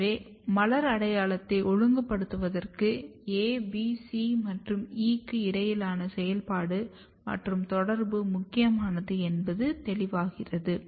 எனவே மலர் அடையாளத்தை ஒழுங்குபடுத்துவதற்கு A B C மற்றும் E க்கு இடையிலான செயல்பாடு மற்றும் தொடர்பு முக்கியமானது என்பது தெளிவாகிறது